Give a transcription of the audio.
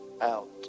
out